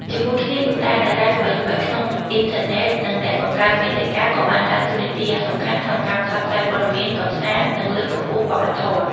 ជាមួយគ្នានោះដែរ តារាល្បីៗក្នុងអ៊ីនធឺណិត និងអ្នកបង្កើតមាតិកាក៏បានដើរតួនាទីយ៉ាងសំខាន់ក្នុងការផ្សព្វផ្សាយព័ត៌មាន កម្សាន្ត និងលើកកម្ពស់វប្បធម៌។